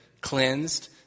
cleansed